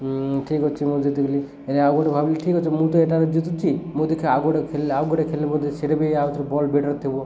ଠିକ୍ ଅଛି ମୁଁ ଜିତିଗଲି ଏରେ ଆଉଗୋଟେ ଭାବିଲି ଠିକ୍ଅଛି ମୁଁ ତ ଏଟାରେ ଜିତୁଛି ମୁଁ ଦେଖେ ଆଉଗୋଟେ ଆଉ ଗୋଟେ ହେଲେ ସେଟା ବି ଆଉଥରେ ବେଟର୍ ଥିବ